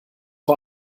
vor